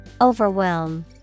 Overwhelm